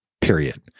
period